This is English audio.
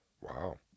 Wow